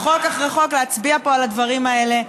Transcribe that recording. חוק אחרי חוק להצביע פה על הדברים האלה.